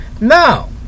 Now